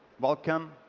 welcome,